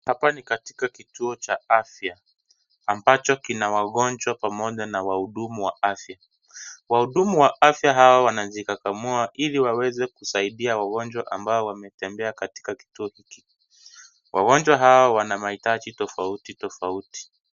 Hapa ni katika kituo cha afya ambacho kina wagonjwa pamoja na wahudumu wa afya. Wahudumu wa afya hawa wanajikakamua ili waweze kusaidia wagonjwa ambao wametembea katika kituo hiki. Wagonjwa hawa wana mahitaji tofauti tofauti.